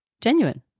genuine